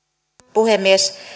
puhemies